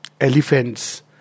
elephants